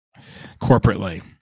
corporately